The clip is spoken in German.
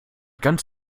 ganz